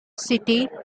city